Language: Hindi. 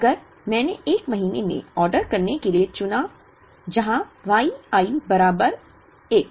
अगर मैंने एक महीने में ऑर्डर करने के लिए चुना जहां Y i बराबर 1